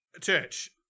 Church